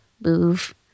move